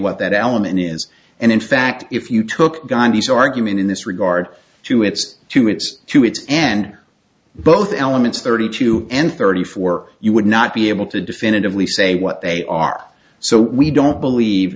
what that element is and in fact if you took gandhi's argument in this regard to its two minutes to its end both elements thirty two and thirty four you would not be able to definitively say what they are so we don't believe